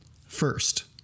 First